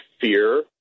fear